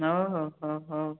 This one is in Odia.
ହଉ ହଉ ହଉ ହଉ